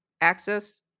access